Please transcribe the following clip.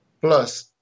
Plus